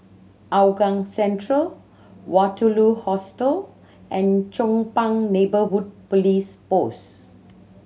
Hougang Central Waterloo Hostel and Chong Pang Neighbourhood Police Post